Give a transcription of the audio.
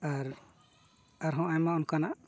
ᱟᱨ ᱟᱨᱦᱚᱸ ᱟᱭᱢᱟ ᱚᱱᱠᱟᱱᱟᱜ